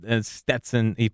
stetson